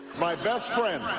my best friend.